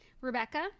Rebecca